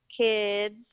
kids